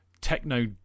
techno